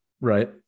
Right